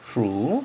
true